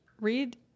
Read